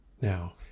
Now